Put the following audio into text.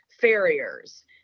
farriers